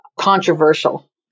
Controversial